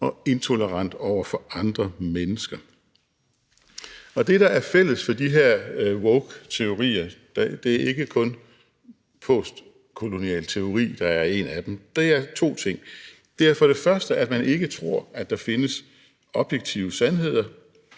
og intolerant over for andre mennesker. Det, der er fælles for de her woketeorier – det er ikke kun postkolonial teori; det er bare en af dem – er to ting: Det er for det første, at man ikke tror, at der findes objektive sandheder,